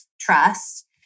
trust